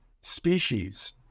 species